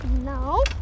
No